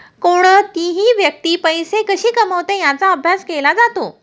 कोणतीही व्यक्ती पैसे कशी कमवते याचा अभ्यास केला जातो